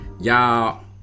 Y'all